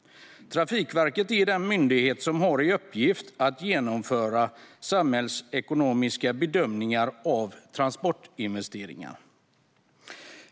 Trafikverket är den myndighet som har i uppgift att genomföra samhällsekonomiska bedömningar av transportinvesteringar.